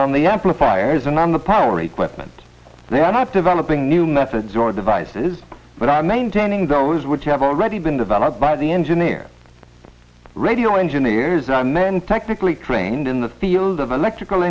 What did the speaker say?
on the amplifiers and on the power equipment they are not developing new methods or devices but i'm maintaining those which have already been developed by the engineer radio engineers and then technically trained in the field of electrical